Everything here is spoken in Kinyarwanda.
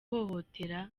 guhohotera